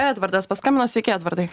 edvardas paskambino sveiki edvardai